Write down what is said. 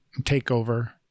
takeover